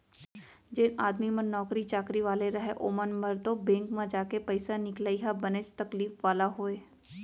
जेन आदमी मन नौकरी चाकरी वाले रहय ओमन बर तो बेंक म जाके पइसा निकलाई ह बनेच तकलीफ वाला होय